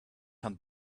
hunt